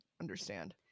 understand